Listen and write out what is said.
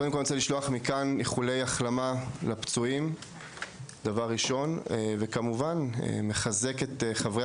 אני קודם כל רוצה לשלוח מכאן איחולי החלמה לפצועים וכמובן נחזק את חברי